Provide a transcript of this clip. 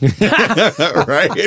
Right